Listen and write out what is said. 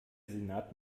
senat